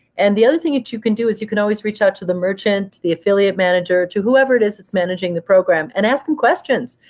and the other thing that you can do is you can always reach out to the merchant, the affiliate manager, to whoever it is that's managing the program and ask them questions.